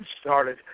started